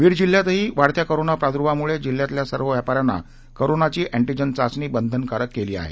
बीड जिल्ह्यातही वाढत्या कोरोना प्रादुर्भावामुळे जिल्ह्यातील सर्व व्यापाऱ्यांना कोरोनाची एन्टीजन चाचणी बंधनकारक केली आहे